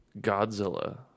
Godzilla